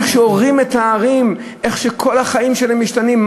הורים מתארים שכל החיים שלהם משתנים,